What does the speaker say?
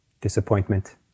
disappointment